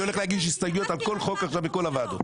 אני הולך להגיש הסתייגויות על כל חוק עכשיו מכל הועדות.